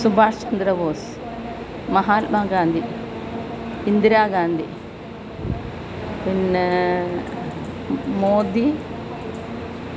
Subhash Chandra boss Mahatma Gandhi Indira Gandhi പിന്നെ മോദി